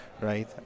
right